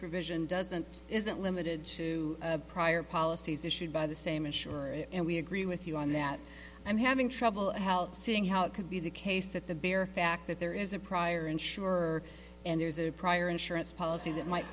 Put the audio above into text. provision doesn't isn't limited to prior policies issued by the same insurer and we agree with you on that and having trouble seeing how it could be the case that the bare fact that there is a prior insurer and there's a prior insurance policy that might